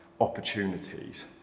opportunities